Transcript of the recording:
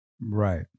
Right